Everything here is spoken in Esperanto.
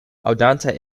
aŭdante